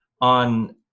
on